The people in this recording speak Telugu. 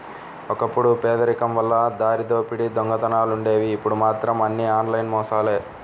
ఒకప్పుడు పేదరికం వల్ల దారిదోపిడీ దొంగతనాలుండేవి ఇప్పుడు మాత్రం అన్నీ ఆన్లైన్ మోసాలే